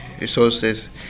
resources